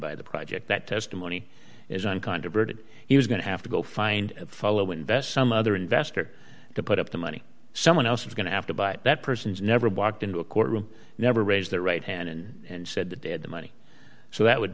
buy the project that testimony is uncontroverted he was going to have to go find a fellow invest some other investor to put up the money someone else is going to have to buy that person's never walked into a courtroom never raised their right hand and said that they had the money so that would